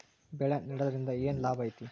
ಬೆಳೆ ನೆಡುದ್ರಿಂದ ಏನ್ ಲಾಭ ಐತಿ?